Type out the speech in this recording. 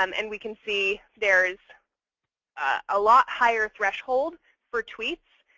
um and we can see there is a lot higher threshold for tweets,